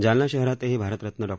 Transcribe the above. जालना शहरातही भारतरत्न डॉ